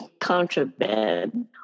contraband